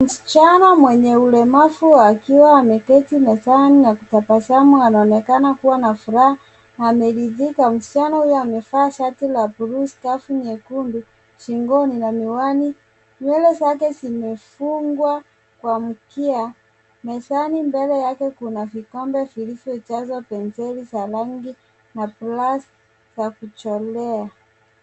Msichana mwenye ulemavu akiwa ameketi mezani na kutazama anaonekana kuwa na furaha na ameridhika. Msichana huyo amevaa shati la bluu, skafu nyekundu shingoni na miwani. Nywele zake zimefungwa kwa mkia, mezani mbele yake kuna vikombe vilivyojazwa penseli na brashi za kuchorea.